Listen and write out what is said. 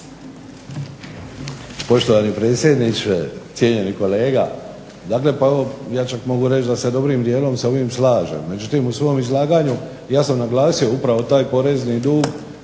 Poštovani predsjedniče, cijenjeni kolega. Dakle, pa evo ja čak mogu reći da se dobrim dijelom sa ovim slažem. Međutim, u svom izlaganju ja sam naglasio upravo taj porezni dug